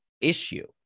issue